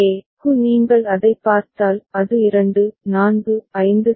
க்கு நீங்கள் அதைப் பார்த்தால் அது 2 4 5 சரி